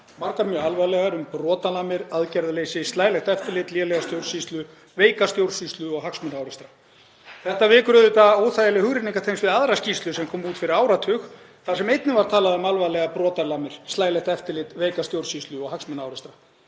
margar mjög alvarlegar um brotalamir, aðgerðaleysi, slælegt eftirlit, lélega stjórnsýslu, veika stjórnsýslu og hagsmunaárekstra. Þetta vekur auðvitað óþægileg hugrenningatengsl við aðra skýrslu sem kom út fyrir áratug þar sem einnig var talað um alvarlegar brotalamir, slælegt eftirlit, veika stjórnsýslu og hagsmunaárekstra.